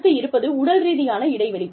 அடுத்து இருப்பது உடல் ரீதியான இடைவெளி